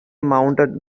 mounted